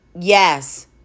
yes